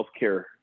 healthcare